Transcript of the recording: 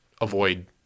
avoid